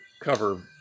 cover